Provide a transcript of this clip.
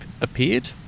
appeared